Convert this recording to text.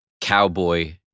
cowboy